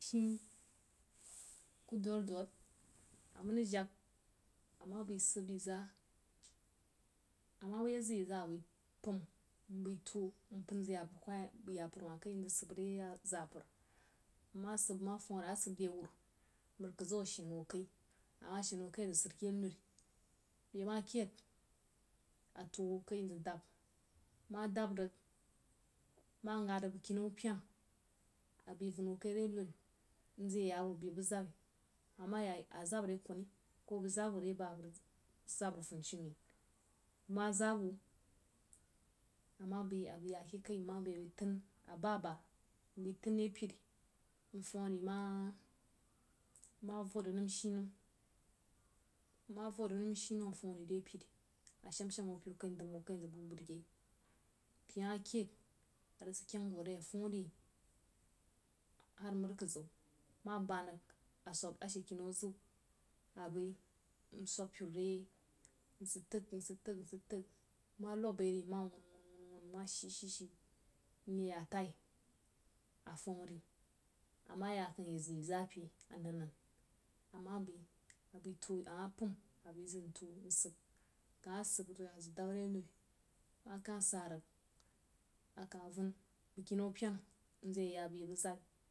Shií ku dor-dor a mən rig jəg ama bai səb yeri zan, ama yi zəg iri zaa apəm mbai tuo mpən zəg zapər wah kai nzəg səbbre zapər, nma səbb a funre amah səbb re wəru mri kad zau a shian hwo kai nzəg sire ke nun beh ma keid a fuo hu kai nma zəg dad ma dab rig ma yand rig bəg kenna pyena a bai van hwo kai ne nuri nzəg ye ya bo be bu zayeb ama yəg arig zab re konni koh bəg zab wah re ba bəg rig zab bəg funishumen, bəg ma zab wuh ama bai ya ke kai mbai tann, a bah, bah mbai tann re peri mfumri ma vodrig nəm shi nəm afumri re peri mfumri ma vodrig nəm shi nəm afumri re pen, a sham-sham huo peri kai ndan hwo kai nzəg bu bəd yei beh ma keid a rig sid kayang vo yei har mro kadzau ma banrig toh ashe kinnau aziu abai msub peru re yei nsig tag-nsig tag ma lob bai ri nma won-won, won-won nma shi-shi mye yn-tai a fumri ama ya akan ye zəg yeri zan ape a nan-nan a ma bai, abai tuo mbai pam nzəg ntuo nsab ama sab rig a zəg dəb re nun ma ka sa rig akah vun bəg kinnau pyena nzəg yeya bo be bu zabai.